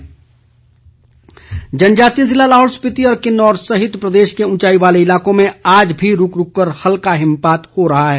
मौसम जनजातीय जिले लाहौल स्पीति व किन्नौर सहित प्रदेश के उंचाई वाले इलाकों में आज भी रूक रूक कर हल्का हिमपात हो रहा है